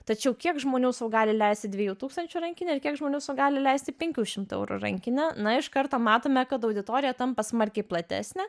tačiau kiek žmonių sau gali leisti dviejų tūkstančių rankinę ir kiek žmonių su gali leisti penkių šimtų eurų rankinę na iš karto matome kad auditorija tampa smarkiai platesnė